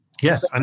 yes